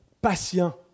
patient